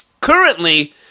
Currently